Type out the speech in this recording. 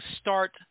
start